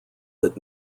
that